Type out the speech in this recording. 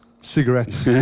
cigarettes